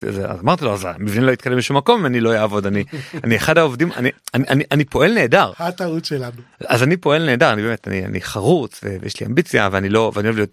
זה... אז אמרתי לו זה מבין לא יתקדם לשום מקום אם אני לא אעבוד אני אני אחד העובדים אני אני אני פועל נהדר. הטעות שלנו. אז אני פועל נהדר אני באמת אני אני חרוץ ויש לי אמביציה ואני לא ואני אוהב להיות.